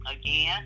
Again